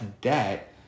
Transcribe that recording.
debt